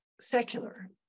secular